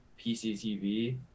pctv